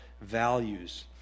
values